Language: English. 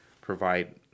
provide